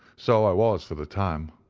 so i was for the time.